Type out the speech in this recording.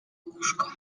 łóżko